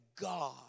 God